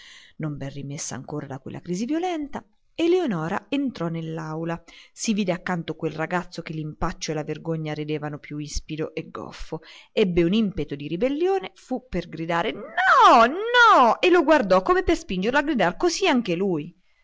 non ben rimessa ancora da quella crisi violenta eleonora entrò nell'aula si vide accanto quel ragazzo che l'impaccio e la vergogna rendevano più ispido e goffo ebbe un impeto di ribellione fu per gridare no no e lo guardò come per spingerlo a gridar così anche lui